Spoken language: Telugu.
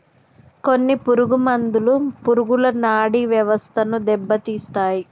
కొన్ని పురుగు మందులు పురుగుల నాడీ వ్యవస్థను దెబ్బతీస్తాయి